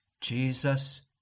Jesus